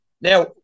Now